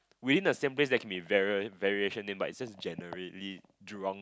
within the same place there can be varia~ variation but it's just generally Jurong